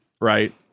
Right